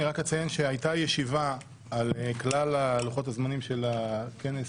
אני רק אציין שהייתה ישיבה על כלל לוחות הזמנים של הכנס